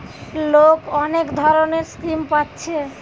লোক অনেক ধরণের স্কিম পাচ্ছে